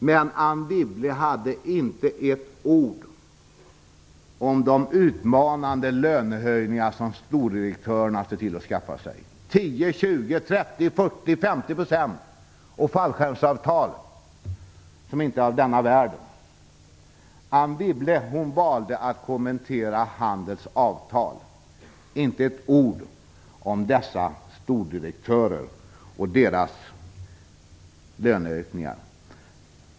Men Anne Wibble nämnde inte med ett ord de utmanande löneförhöjningar som stordirektörerna ser till att skaffa sig. Det rör sig om förhöjningar på 10-50 % och om fallskärmsavtal som inte är av denna världen. Anne Wibble valde att kommentera Handels avtal, men sade inte ett ord om dessa stordirektörer och deras löneökningar.